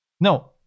No